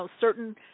certain